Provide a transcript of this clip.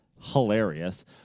hilarious